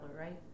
right